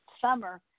summer